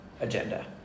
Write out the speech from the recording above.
Agenda